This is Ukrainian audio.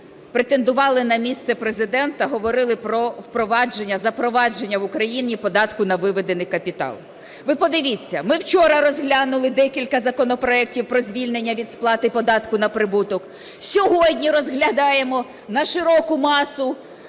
претендували на місце Президента, говорили про впровадження, запровадження в Україні податку на виведений капітал. Ви подивіться, ми вчора розглянули декілька законопроекті про звільнення від сплати податку на прибуток. Сьогодні розглядаємо на широку масу